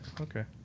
Okay